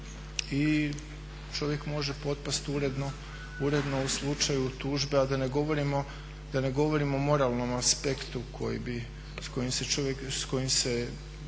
i čovjek može potpasti uredno u slučaju tužbe, a da ne govorimo o moralnom aspektu s kojim se